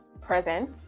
present